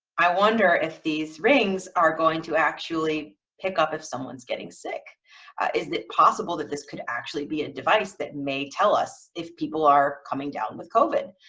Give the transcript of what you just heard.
i wonder if these rings are going to actually pick up if someone's getting sick isn't it possible that this could actually be a device that may tell us if people are coming down with kovan?